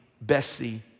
Bessie